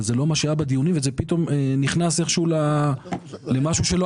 אבל זה לא מה שהיה בדיונים וזה פתאום נכנס איכשהו למשהו שלא